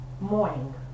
morning